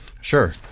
Sure